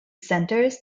centers